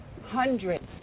hundreds